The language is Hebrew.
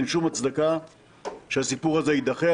אין שום הצדקה שהסיפור הזה יידחה.